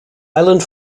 island